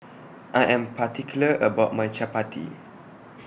I Am particular about My Chapati